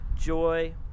joy